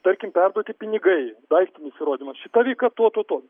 tarkim perduoti pinigai daiktinis įrodymas šita veika tuo tuo tuo